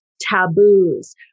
taboos